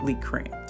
cramped